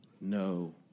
no